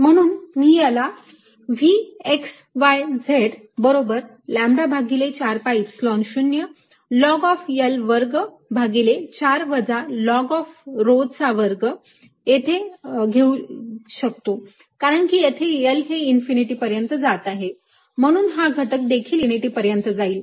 म्हणून मी याला V x y z बरोबर लॅम्बडा भागिले 4 pi Epsilon 0 log of L वर्ग भागिले 4 वजा लॉग ऑफ rho चा वर्ग येऊ शकतो कारण की येथे L हे इन्फिनिटी पर्यंत जात आहे म्हणून हा घटक देखील इन्फिनिटी पर्यंत जाईल